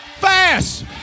Fast